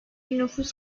nüfus